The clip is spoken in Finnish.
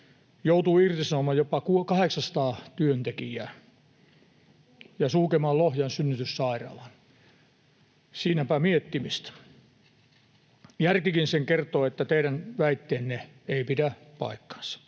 joutuu irtisanomaan jopa 800 työntekijää ja sulkemaan Lohjan synnytyssairaalan. Siinäpä miettimistä. Järkikin sen kertoo, että teidän väitteenne ei pidä paikkaansa.